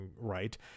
right